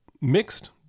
mixed